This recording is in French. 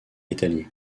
italie